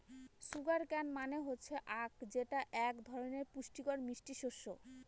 sugar cane মানে হচ্ছে আঁখ যেটা এক ধরনের পুষ্টিকর মিষ্টি শস্য